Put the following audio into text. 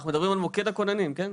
אנחנו מדברים על מוקד הכוננים, כן?